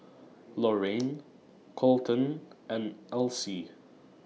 Lorayne Kolten and Elsie